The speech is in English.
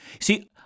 See